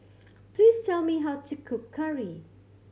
please tell me how to cook curry